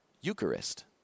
Eucharist